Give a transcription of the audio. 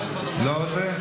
לא רוצה?